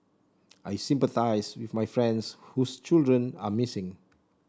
I sympathise with my friends whose children are missing